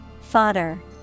Fodder